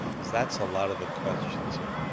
that's a lot of the questions here.